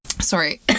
Sorry